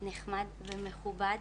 נחמד ומכובד.